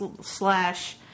slash